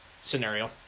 scenario